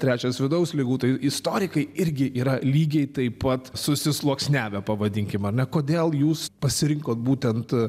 trečias vidaus ligų tai istorikai irgi yra lygiai taip pat susisluoksniavę pavadinkim ar ne kodėl jūs pasirinkot būtent